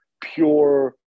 pure